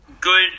Good